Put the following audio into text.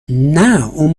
اون